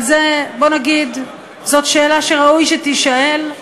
אבל זה, בואו נגיד, זו שאלה שראוי שתישאל,